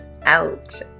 out